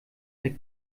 der